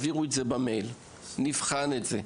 תוך חודש ואנחנו נבחן את זה.